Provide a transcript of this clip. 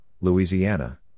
Louisiana